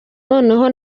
noneho